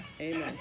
amen